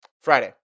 Friday